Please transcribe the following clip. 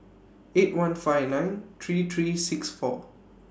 eight one five nine three three six four